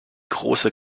große